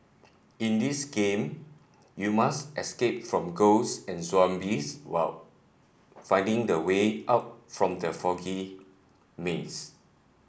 in this game you must escape from ghosts and zombies while finding the way out from the foggy maze